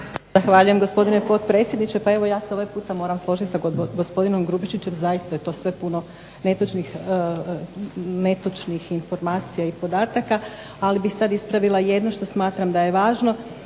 Zahvaljujem gospodine potpredsjedniče. Pa evo ja se ovaj puta moram složiti sa gospodinom Grubišićem, zaista je to sve puno netočnih informacija i podataka, ali bih sad ispravila jedno, što smatram da je važno.